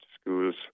schools